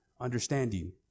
understanding